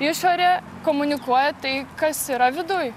išorė komunikuoja tai kas yra viduj